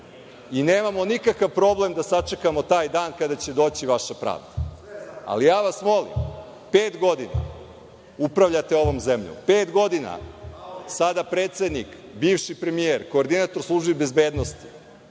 i nemamo nikakav problem da sačekamo taj dan kada će doći vaša pravda. Pet godina upravljate ovom zemljom. Pet godina sada predsednik, bivši premijer, koordinator službi bezbednosti,